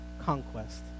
Conquest